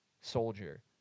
soldier